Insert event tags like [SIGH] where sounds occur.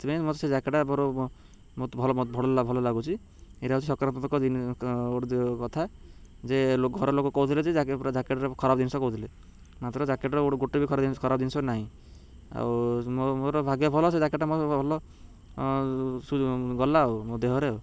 ସେଥିପାଇଁ ମୋତେ ସେ ଜ୍ୟାକେଟ୍ଟା ମୋର [UNINTELLIGIBLE] ଭଲ ଭଲ ଲାଗୁଛି ଏଇଟା ହେଉଛି ସକାରରାତ୍ମକ ଗୋଟେ କଥା ଯେ ଘର ଲୋକ କହୁଥିଲେ ଯେ ଜ୍ୟାକେଟ୍ର ଖରାପ ଜିନିଷ କହୁଥିଲେ ମାତ୍ର ଜ୍ୟାକେଟ୍ର ଗୋଟେ ଗୋଟେ ବି ଖରାପ ଜିନିଷ ନାହିଁ ଆଉ ମୋ ମୋର ଭାଗେ ଭଲ ସେ ଜ୍ୟାକେଟ୍ଟା ମୋ ଭଲ [UNINTELLIGIBLE] ଗଲା ଆଉ ମୋ ଦେହରେ ଆଉ